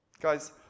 Guys